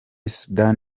soudan